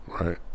right